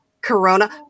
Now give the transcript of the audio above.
Corona